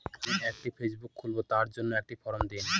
আমি একটি ফেসবুক খুলব তার জন্য একটি ফ্রম দিন?